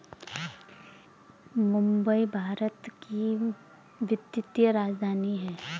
मुंबई भारत की वित्तीय राजधानी है